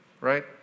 Right